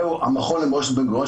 זהו המכון למורשת בן-גוריון,